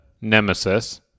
nemesis